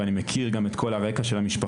ואני מכיר גם את כל הרקע של המשפחות.